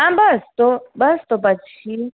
હા બસ તો બસ તો પછી